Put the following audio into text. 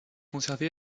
conservée